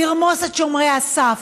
לרמוס את שומרי הסף,